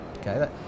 Okay